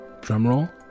drumroll